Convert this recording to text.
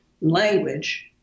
language